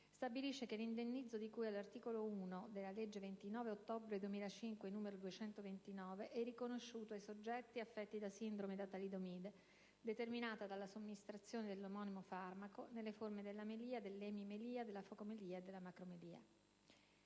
stabilisce che l'indennizzo di cui all'articolo 1 della legge 29 ottobre 2005, n. 229 è riconosciuto ai soggetti affetti da sindrome da talidomide, determinata dalla somministrazione dell'omonimo farmaco, nelle forme dell'amelia, dell'emimelia, della focomelia e della macromelia.